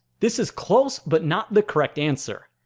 this is close but not the correct answer.